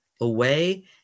away